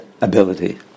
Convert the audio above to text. ability